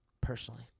personally